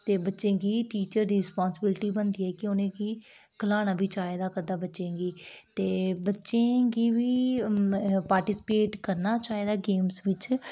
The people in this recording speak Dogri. ते बच्चें गी टीचर दी रिस्पांसबिलीटी बनदी ऐ कि उनेंगी खलाना बी चाहिदा इक अद्धा बच्चें गी ते बच्चें गी बी पार्टीस्पेट करना चाहिदा गेम्स बिच्च